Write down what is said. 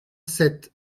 sept